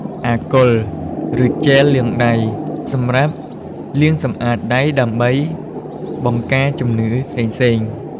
អាល់កុល ឬជែលលាងដៃ សម្រាប់លាងសម្អាតដៃ ដើម្បីបង្ការជំងឺផ្សេងៗ។